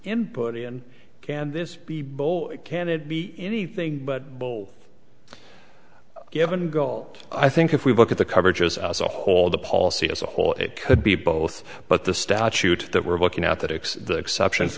input in can this be bold can it be anything but bull given goal i think if we look at the coverage as a whole the policy as a whole it could be both but the statute that we're looking at that acts the exception for